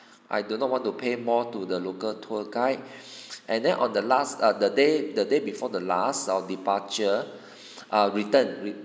I do not want to pay more to the local tour guide and then on the last err the day the day before the last our departure err return